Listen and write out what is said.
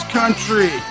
country